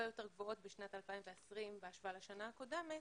יותר גבוהות בשנת 2020 בהשוואה לשנה קודמת